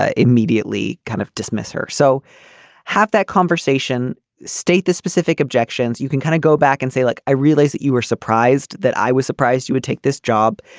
ah immediately kind of dismiss her. so have that conversation state the specific objections you can kind of go back and say look like i realize that you were surprised that i was surprised you would take this job.